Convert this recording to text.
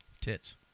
Tits